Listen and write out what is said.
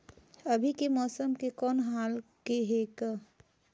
अभी के मौसम के कौन हाल हे ग?